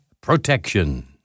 Protection